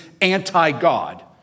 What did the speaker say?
anti-God